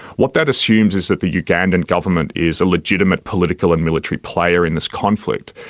what that assumes is that the ugandan government is a legitimate political and military player in this conflict,